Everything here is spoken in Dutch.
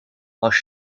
als